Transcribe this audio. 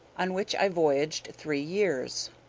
on which i voyaged three years.